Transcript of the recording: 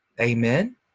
Amen